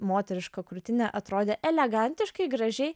moteriška krūtinė atrodė elegantiškai gražiai